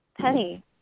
Penny